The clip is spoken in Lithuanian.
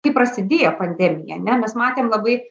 kai prasidėjo pandemija ane mes matėm labai